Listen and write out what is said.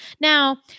Now